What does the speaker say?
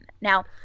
Now